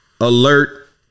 alert